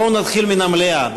בואו נתחיל מהמליאה.